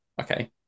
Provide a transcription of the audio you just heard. okay